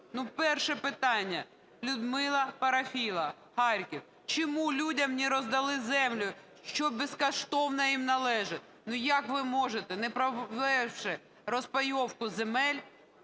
перше питання, Людмила Парафіла, Харків: "Чому людям не роздали землю, що безкоштовно їм належить?" Ну, як ви можете, не провівши розпайовку земель,